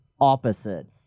opposite